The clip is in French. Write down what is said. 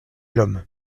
l’homme